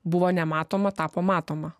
buvo nematoma tapo matoma